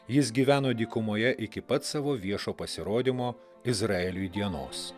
jis gyveno dykumoje iki pat savo viešo pasirodymo izraeliui dienos